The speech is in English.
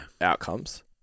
outcomes